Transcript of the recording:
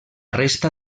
resta